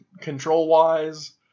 control-wise